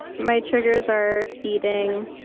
my triggers are eating,